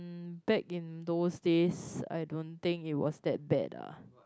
back in those days I don't think it was that bad ah